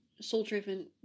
soul-driven